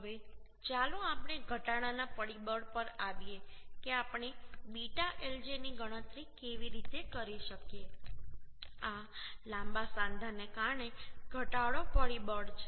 હવે ચાલો આપણે ઘટાડાના પરિબળ પર આવીએ કે આપણે β lj ની ગણતરી કેવી રીતે કરી શકીએ આ લાંબા સાંધાને કારણે ઘટાડો પરિબળ છે